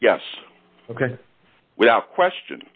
yes ok without question